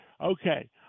okay